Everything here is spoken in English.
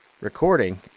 recording